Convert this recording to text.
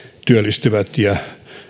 työllistyvät ja